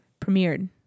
premiered